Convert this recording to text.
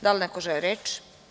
Da li neko želi reč?